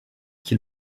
qu’il